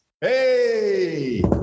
Hey